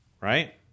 right